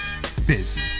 busy